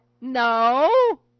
No